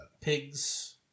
Pigs